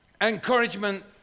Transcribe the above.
encouragement